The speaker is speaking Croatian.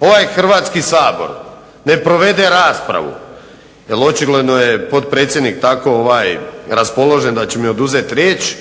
ovaj Hrvatski sabor ne provede raspravu, jer očigledno je potpredsjednik tako raspoložen da će mi oduzeti riječ,